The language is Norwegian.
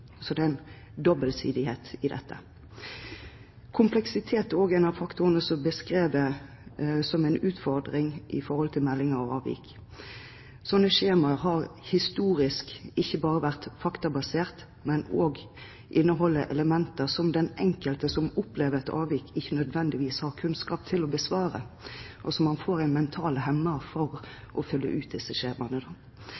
Så det er en dobbeltsidighet i dette. Kompleksitet er også en av faktorene som er beskrevet som en utfordring i forbindelse med melding av avvik. Slike skjemaer har historisk ikke bare vært faktabasert, men har inneholdt elementer som den enkelte som opplever et avvik, ikke nødvendigvis har kunnskap til å besvare, og man kan få en mental hemmer for